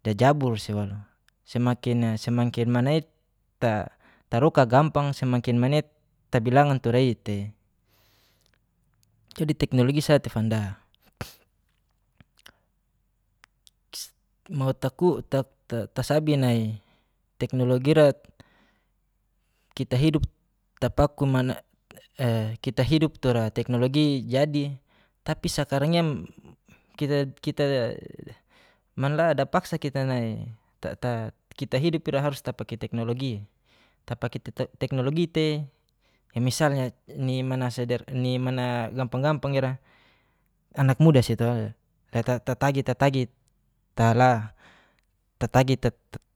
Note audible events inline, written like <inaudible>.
Dajabul sewalo <hesitation> semakin menit taroka gampang semakin menit tabilangan turai tei, jadi teknologi sa tei fanda. Mau <hesitation> taku tasabi nai teknologira kita hidup <hesitation> tura teknologi jadi tapi sakarang ini yang <hesitation> manla ada paksa kita nai <hesitation> kita hidup tura harus tapake teknlogi. tapake teknologi tei kaya misalnya nimana gampang-gampang ira anak muda sa to. la tatagi-tatagi tala <hesitation> tatagi